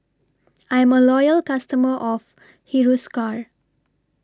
I'm A Loyal customer of Hiruscar